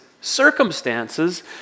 circumstances